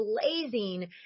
blazing